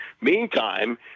Meantime